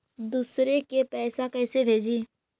दुसरे के पैसा कैसे भेजी?